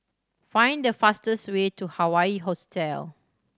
find the fastest way to Hawaii Hostel